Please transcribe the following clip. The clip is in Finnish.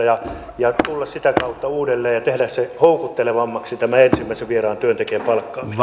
ja ja tulla sitä kautta vastaan ja tehdä houkuttelevammaksi tämä ensimmäisen vieraan työntekijän palkkaaminen